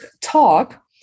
talk